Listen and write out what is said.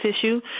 issue